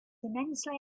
immensely